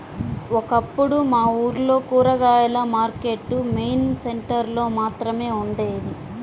ఒకప్పుడు మా ఊర్లో కూరగాయల మార్కెట్టు మెయిన్ సెంటర్ లో మాత్రమే ఉండేది